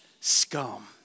scum